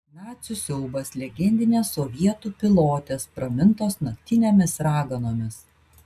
nacių siaubas legendinės sovietų pilotės pramintos naktinėmis raganomis